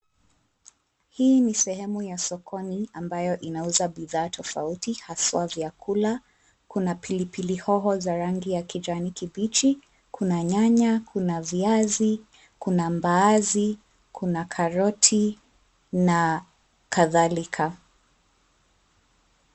Hii ni sehemu ya sokoni ambayo inauza bidhaa tofauti haswa vyakula. Kuna pilipili hoho ya rangi ya kijani kibichi, kuna nyanya, kuna viazi, kuna mbaazi, kuna karoti na kadhalika.